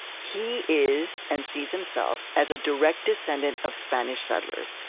he is and sees himself as a direct descendant of spanish settlers.